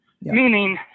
meaning